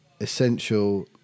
essential